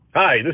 Hi